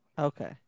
Okay